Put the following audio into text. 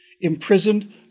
imprisoned